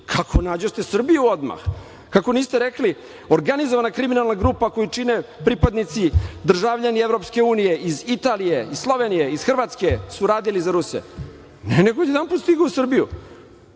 Kako nađoste Srbiju odmah. Kako niste rekli organizovana kriminalna grupa koju čine pripadnici, državljani EU iz Italije, Slovenije, Hrvatske su radili za Ruse. Ne, nego odjednom stigao u Srbiju.